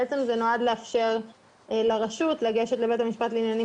בעצם זה נועד לאפשר לרשות לגשת לבית משפט לעניינים